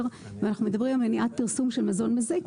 ואנחנו מדברים על מניעת פרסום של מזון מזיק,